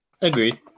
Agreed